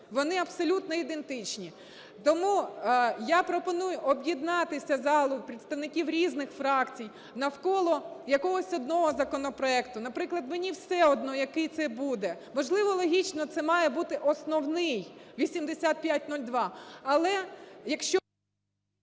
Вони абсолютно ідентичні. Тому я пропоную об'єднатися залу, представникам різних фракцій, навколо якогось одного законопроекту. Наприклад, мені все одно, який це буде. Можливо, логічно це має бути основний – 8502. Але, якщо…